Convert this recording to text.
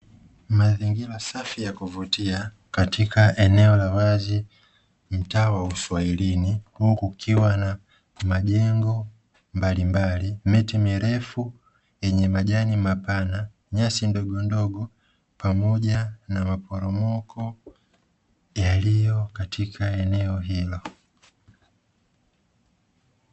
Mazingira safi ya kuvutia katika eneo la wazi mtaa wa uswahilini huku ukiwa na majengo mbalimbali, miti mirefu yenye majani mapana nyasi ndogondogo pamoja na maporomoko yaliyo katika eneo hilo.